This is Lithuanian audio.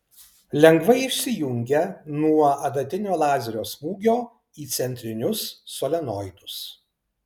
lengvai išsijungia nuo adatinio lazerio smūgio į centrinius solenoidus